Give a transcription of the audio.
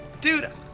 Dude